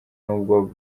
nubwo